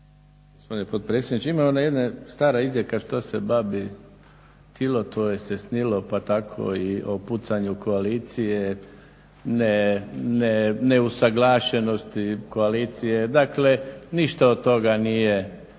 gospodine potpredsjedniče. Ima ona jedna stara izreka: "Što se babi kilo, to joj se snilo.", pa tako i o pucanju koalicije, ne usuglašenosti koalicije. Dakle, ništa od toga nije